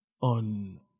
on